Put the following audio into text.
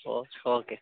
O okay sir